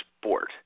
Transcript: Sport